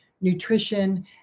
nutrition